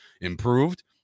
improved